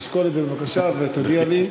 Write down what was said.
תשקול את זה בבקשה ותודיע לי.